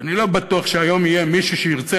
כי אני לא בטוח שהיום יהיה מישהו שירצה